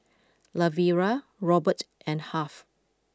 Lavera Robert and Harve